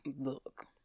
look